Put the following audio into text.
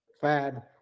FAD